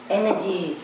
energy